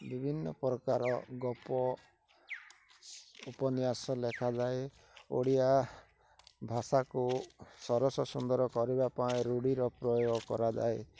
ବିଭିନ୍ନ ପ୍ରକାର ଗପ ଉପନ୍ୟାସ ଲେଖାଯାଏ ଓଡ଼ିଆ ଭାଷାକୁ ସରସ ସୁନ୍ଦର କରିବା ପାଇଁ ରୂଢ଼ିର ପ୍ରୟୋଗ କରାଯାଏ